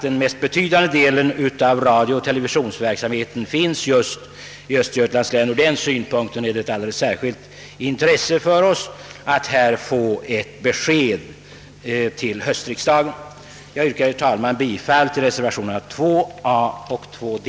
Den mest betydande delen av radiooch TV-industrien är förlagd till Östergötlands län, och därför är det av alldeles speciellt intresse för oss att få ett besked i denna fråga vid höstriksdagen. Herr talman! Jag yrkar bifall till reservationerna 2a och d.